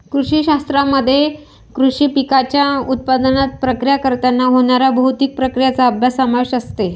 कृषी शास्त्रामध्ये कृषी पिकांच्या उत्पादनात, प्रक्रिया करताना होणाऱ्या भौतिक प्रक्रियांचा अभ्यास समावेश असते